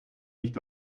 nicht